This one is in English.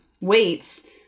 weights